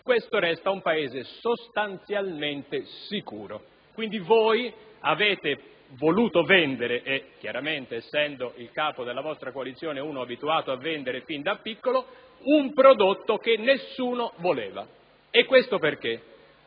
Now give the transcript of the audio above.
resta un Paese sostanzialmente sicuro. Quindi, voi avete voluto vendere, essendo il capo della vostra coalizione abituato a vendere sin da piccolo, un prodotto che nessuno voleva. Questo è